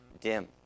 dim